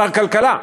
שר כלכלה,